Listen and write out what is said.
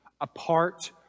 apart